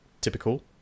Typical